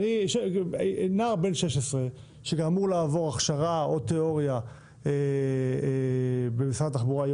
נער בן 16 שאמור לעבור הכשרה או תיאוריה במשרד התחבורה,